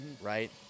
right